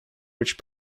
which